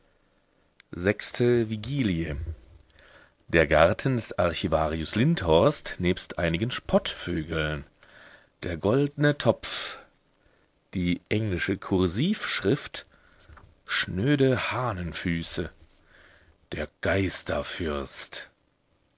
sechste vigilie der garten des archivarius lindhorst nebst einigen spottvögeln der goldne topf die englische kursivschrift schnöde hahnenfüße der